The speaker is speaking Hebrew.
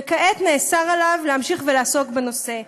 וכעת נאסר עליו להמשיך ולעסוק בנושא.